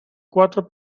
cuatro